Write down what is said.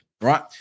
right